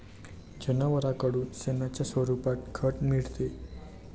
जनावरांकडून शेणाच्या स्वरूपात खत मिळते